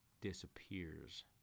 disappears